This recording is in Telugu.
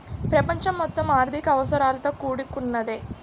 ప్రపంచం మొత్తం ఆర్థిక అవసరాలతో కూడుకున్నదే